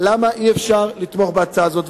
למה אי-אפשר לתמוך בהצעה הזאת.